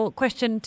question